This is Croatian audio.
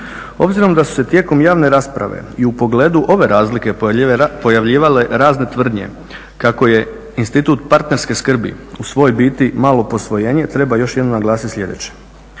Obzirom da su se tijekom javne rasprave i u pogledu ove razlike pojavljivale razne tvrdnje kako je institut partnerske skrbi u svojoj biti malo posvojenje treba još jednom naglasiti sljedeće.